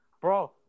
bro